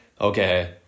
okay